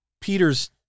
Peter's